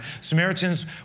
Samaritans